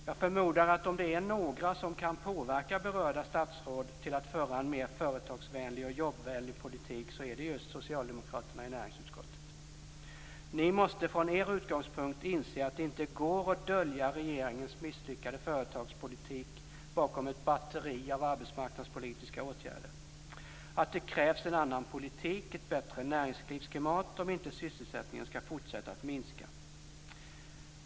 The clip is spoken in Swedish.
Jag förmodar att om det är några som kan påverka berörda statsråd till att föra en mer företagsvänlig och jobbvänlig politik så är det just socialdemokraterna i näringsutskottet. Ni måste från er utgångspunkt inse att det inte går att dölja regeringens misslyckade företagspolitik bakom ett batteri av arbetsmarknadspolitiska åtgärder, att det krävs en annan politik, ett bättre näringslivsklimat, om inte sysselsättningen skall fortsätta att minska.